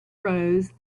rose